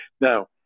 Now